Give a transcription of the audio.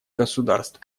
государств